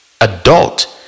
adult